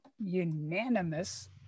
unanimous